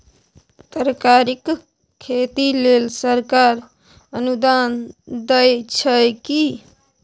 तरकारीक खेती लेल सरकार अनुदान दै छै की?